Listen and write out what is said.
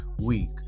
week